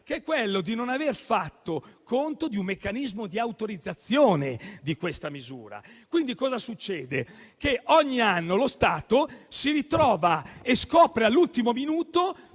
che è quello di non aver fatto conto di un meccanismo di autorizzazione di questa misura, e quindi, succede che ogni anno lo Stato scopre all'ultimo minuto